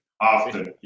often